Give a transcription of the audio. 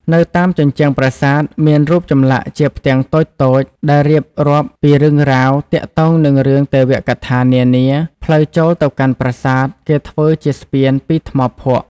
នៅតាមជញ្ជាំងប្រាសាទ មានរូបចម្លាក់ជាផ្ទាំងតូចៗដែលរៀបរាប់ពីរឿងរ៉ាវ ទាក់ទងនឹងរឿងទេវកថានានា ផ្លូវចូលទៅកាន់ប្រាសាទ គេធ្វើជាស្ពានពីថ្មភក់ ។